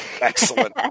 excellent